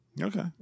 Okay